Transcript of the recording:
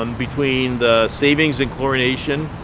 um between the savings in chlorination,